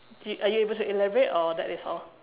did are you able to elaborate or that is all